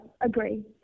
agree